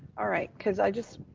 all right, cause i just,